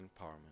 Empowerment